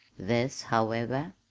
this, however,